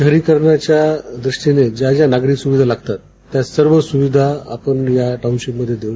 शहरीकरणाच्या दृष्टीनं ज्या ज्या नागरी सुविधा लागतात त्या सर्व सुविधा या टाऊनशिपमध्ये देऊ